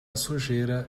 sujeira